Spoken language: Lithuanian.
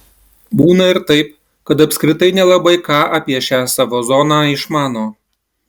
būna ir taip kad apskritai nelabai ką apie šią savo zoną išmano